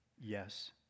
yes